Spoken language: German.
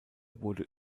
wurde